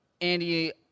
Andy